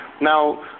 Now